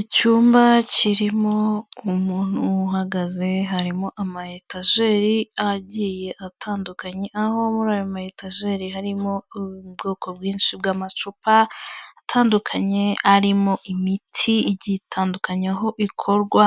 Icyumba kirimo umuntu uhagaze, harimo amayetajeri agiye atandukanye, aho muri ayo mayetajeri harimo ubwoko bwinshi bw'amacupa atandukanye, arimo imiti igiye itandukanyeho ikorwa